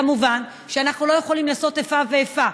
כמובן, אנחנו לא יכולים לעשות איפה ואיפה: